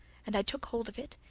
and i took hold of it,